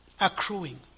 accruing